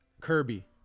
Kirby